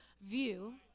view